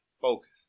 focus